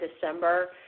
December